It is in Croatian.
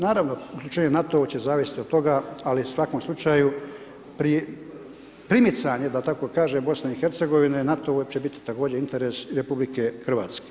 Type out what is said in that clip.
Naravno, uključenje NATO-a će se zavisit od toga sli u svakom slučaju, primicanje da tako kažem, BiH-a NATO-u će biti također interes RH.